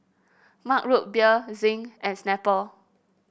Mug Root Beer Zinc and Snapple